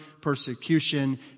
persecution